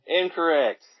Incorrect